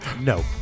No